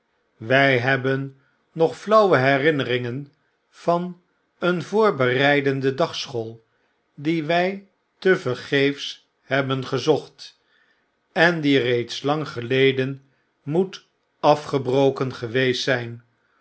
wy hebben nog flauwe herinneringen van een voorbereidende dagschool die wy tevergeefs hebben gezocht en die reeds lang geleden moet afgebroken geweest zyn